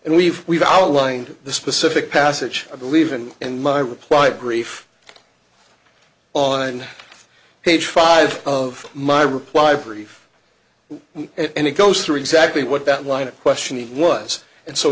and we've we've outlined the specific passage i believe and in my reply brief on page five of my reply brief and it goes through exactly what that line of questioning was and so